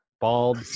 bald